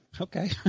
Okay